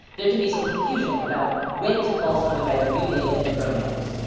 there can be some confusion about when to call someone by their new name and pronouns.